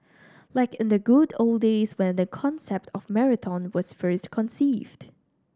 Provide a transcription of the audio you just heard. like in the good old days when the concept of marathon was first conceived